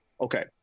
Okay